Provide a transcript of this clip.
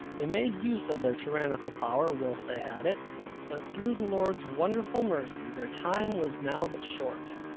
they made use of their tyrannical power whilst they had it but through the lord's wonderful mercy, their time was now but short.